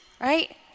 right